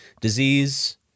Disease